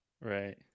right